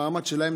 המעמד שלהם,